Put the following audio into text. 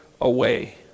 away